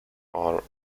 are